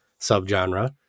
subgenre